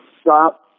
stop